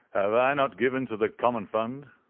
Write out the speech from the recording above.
have i not given to the common fund?